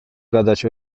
gadać